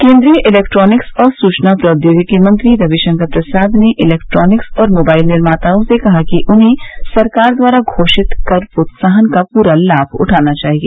केन्द्रीय इलेक्ट्रॉनिक्स और सूचना प्रौद्योगिकी मंत्री रविशंकर प्रसाद ने इलेक्ट्रॉनिक्स और मोबाइल निर्मातओं से कहा कि उन्हें सरकार द्वारा घोषित कर प्रोत्साहन का पूरा लाभ उठाना चाहिए